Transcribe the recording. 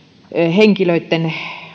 henkilöitten